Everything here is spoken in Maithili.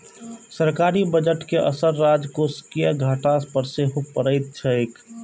सरकारी बजट के असर राजकोषीय घाटा पर सेहो पड़ैत छैक